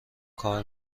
کار